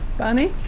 barney,